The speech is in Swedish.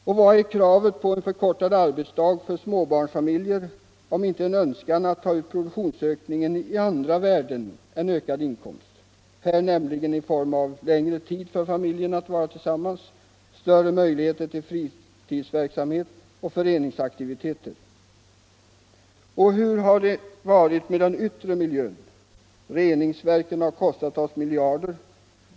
Och vad är kravet på en förkortad arbetsdag för småbarnsfamiljer om inte en önskan att ta ut produktionsökningen i andra värden än ökad inkomst, här nämligen i form av längre tid för familjen att vara tillsammans och större möjligheter till fritidsverksamhet och föreningsaktiviteter? Och hur har det varit med den yttre miljön? Reningsverken har kostat oss miljarder.